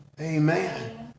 Amen